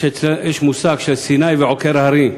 יש המושג סיני ועוקר הרים,